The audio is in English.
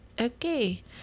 Okay